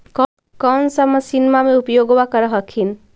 कौन सा मसिन्मा मे उपयोग्बा कर हखिन?